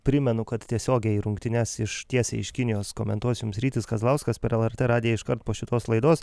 primenu kad tiesiogiai rungtynes iš tiesiai iš kinijos komentuosim rytis kazlauskas per lrt radiją iškart po šitos laidos